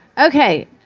okay.